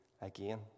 again